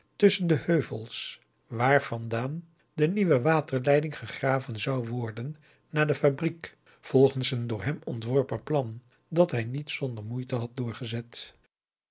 tusschen de heuvels waarvandaan de nieuwe waterleiding gegraven zou worden naar de fabriek volgens een door hem ontworpen plan dat hij niet zonder moeite had doorgezet